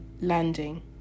landing